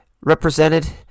represented